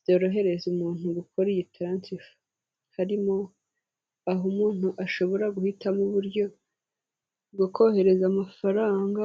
byorohereze umuntu bukora iyi taransifa, harimo aho umuntu ashobora guhitamo uburyo bwo kohereza amafaranga.